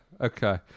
okay